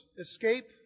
escape